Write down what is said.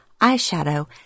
eyeshadow